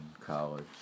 college